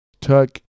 took